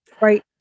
Right